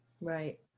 Right